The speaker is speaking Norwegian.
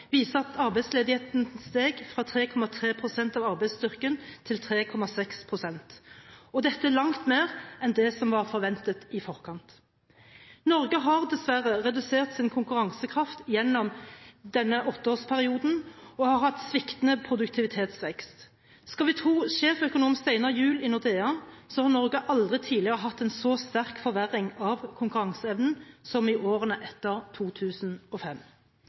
viser at arbeidsledigheten steg fra 3,3 pst. av arbeidsstyrken til 3,6 pst., og dette er langt mer enn det som var forventet i forkant. Norge har dessverre redusert sin konkurransekraft gjennom denne åtteårsperioden og har hatt sviktende produktivitetsvekst. Skal vi tro sjeføkonom Steinar Juel i Nordea, har Norge aldri tidligere hatt en så sterk forverring av konkurranseevnen som i årene etter 2005.